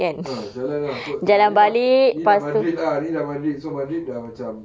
ah jalan ah so tak ni lah ni dah madrid ah ni dah madrid so madrid dah macam